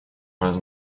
вас